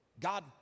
God